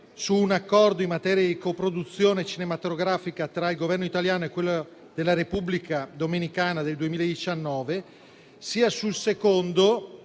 di un Accordo in materia di coproduzione cinematografica tra il Governo italiano e quello della Repubblica dominicana del 2019, sia sul disegno